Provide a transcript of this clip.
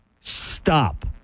stop